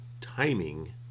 timing